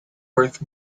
worth